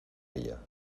ella